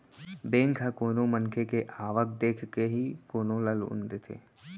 bank ह कोनो मनखे के आवक देखके ही कोनो ल लोन देथे